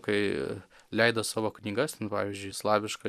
kai leido savo knygas pavyzdžiui slavišką